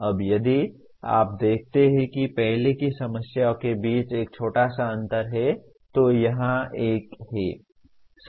अब यदि आप देखते हैं कि पहले की समस्याओं के बीच एक छोटा सा अंतर है तो यहाँ एक है